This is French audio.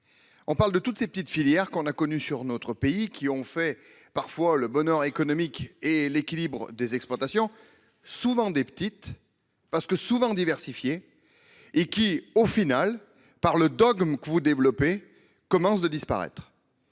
On parle de toutes ces petites filières qu'on a connu sur notre pays, qui ont fait parfois le bonheur économique et l'équilibre des exploitations, souvent des petites parce que souvent diversifiée et qui au final par le dogme que vous développez commence de disparaître.